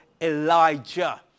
Elijah